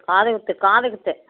காதுகுத்து காதுகுத்து